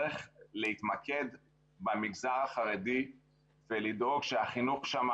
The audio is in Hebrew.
צריך להתמקד במגזר החרדי ולדאוג שלחינוך שם